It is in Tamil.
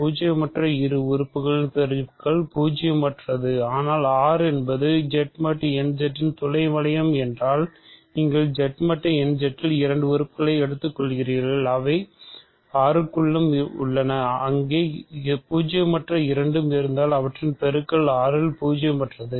பூஜ்ஜியமற்ற இரு உறுப்புகளின் பெருக்கல் பூகியமற்றதுஆனால் R என்பது Z மட்டு n Z இன் துணை வளையம் என்றால் நீங்கள் Z மட்டுn Z இல் இரண்டு உறுப்புகளை எடுத்துக்கொள்கிறீர்கள் அவை R க்குள்ளும் உள்ளன அங்கே பூஜ்ஜியமற்ற இரண்டும் இருந்தால் அவற்றின் பெருக்கல் R இல் பூஜ்ஜியமற்றது